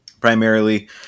primarily